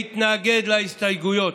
ולהתנגד להסתייגויות.